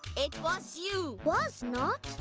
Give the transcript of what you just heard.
it was you. was not!